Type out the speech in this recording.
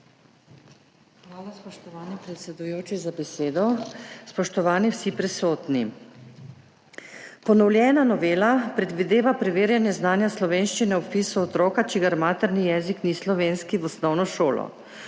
Hvala, spoštovani predsedujoči, za besedo. Spoštovani vsi prisotni! Ponovljena novela predvideva preverjanje znanja slovenščine ob vpisu otroka, čigar materni jezik ni slovenski, v osnovno šolo.